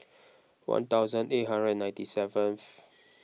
one thousand eight hundred and ninety seventh